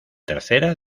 tercera